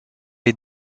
est